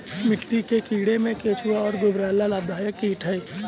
मिट्टी के कीड़ों में केंचुआ और गुबरैला लाभदायक कीट हैं